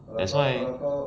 that's why